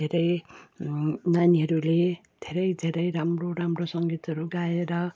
धेरै नानीहरूले धेरै धेरै राम्रो राम्रो सङ्गीतहरू गाएर